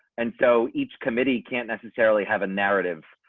and so each committee can't necessarily have a narrative.